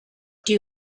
die